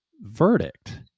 verdict